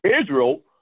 Israel